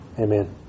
Amen